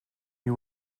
you